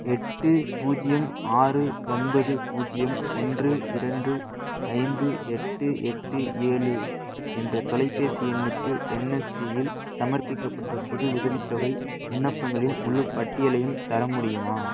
எட்டு பூஜ்ஜியம் ஆறு ஒன்பது பூஜ்ஜியம் ஒன்று இரண்டு ஐந்து எட்டு எட்டு ஏழு என்ற தொலைபேசி எண்ணுக்கு என்எஸ்பியில் சமர்ப்பிக்கப்பட்ட புது உதவித்தொகை விண்ணப்பங்களின் முழுப் பட்டியலையும் தர முடியுமா